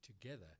together